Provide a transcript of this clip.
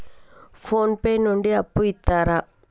Phone pay నుండి అప్పు ఇత్తరా?